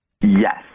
Yes